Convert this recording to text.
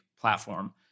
platform